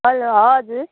hello हजुर